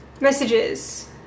messages